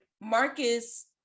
Marcus